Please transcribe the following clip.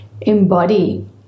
embody